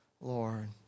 Lord